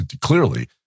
clearly